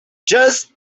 just